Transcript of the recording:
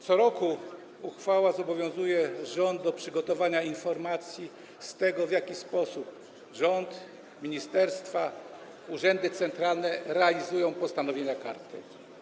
Co roku uchwała zobowiązuje rząd do przygotowania informacji, w jaki sposób rząd, ministerstwa, urzędy centralne realizują postanowienia karty.